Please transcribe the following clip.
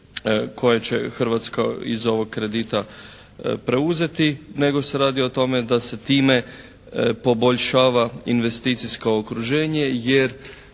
koje će Hrvatska iz ovog kredita preuzeti, nego se radi o tome da se time poboljšava investicijsko okruženje jer